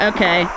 Okay